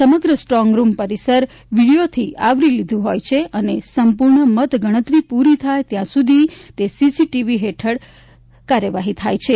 સમગ્ર સ્ટ્રોંગરૂમ પરિસર વિડિયોથી આવરી લીધું હોય છે અને સંપૂર્ણ મતગણતરી પૂરી થાય ત્યાં સુધી સીસીટીવી હેઠળ કાર્યવાહી થાય છે